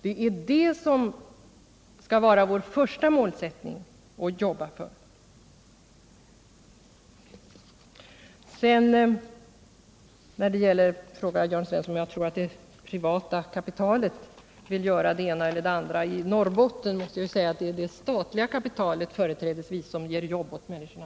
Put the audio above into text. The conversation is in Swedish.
Det är det som skall vara vårt första mål. Jörn Svensson frågade, om jag tror att det privata kapitalet vill göra det ena eller det andra i Norrbotten. Jag måste säga att det företrädesvis är det statliga kaptitalet som ger arbete åt människorna.